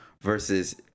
versus